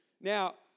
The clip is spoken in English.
now